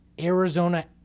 Arizona